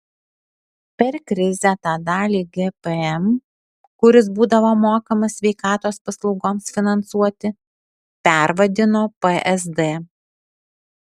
per krizę tą dalį gpm kuris būdavo mokamas sveikatos paslaugoms finansuoti pervadino psd